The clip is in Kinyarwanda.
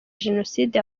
jenoside